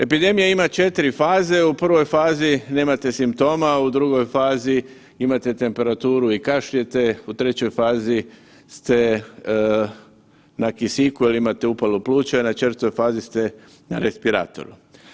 Epidemija ima 4 faze, u prvoj fazi nemate simptoma, a u drugoj fazi imate temperaturu i kašljete, u trećoj fazi ste na kisiku jer imate upalu pluća, na četvrtoj fazi ste na respiratoru.